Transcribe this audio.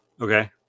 Okay